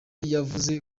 yavuze